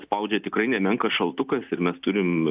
spaudė tikrai nemenkas šaltukas ir mes turim